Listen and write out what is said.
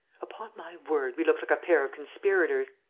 upon my word, we look like a pair of conspirators!